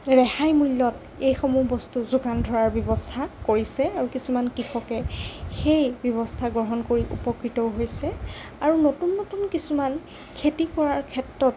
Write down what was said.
ৰেহাই মূল্যত এইসমূহ বস্তু যোগান ধৰাৰ ব্যৱস্থা কৰিছে আৰু কিছুমান কৃষকে সেই ব্যৱস্থা গ্ৰহণ কৰি উপকৃতও হৈছে আৰু নতুন নতুন কিছুমান খেতি কৰাৰ ক্ষেত্ৰত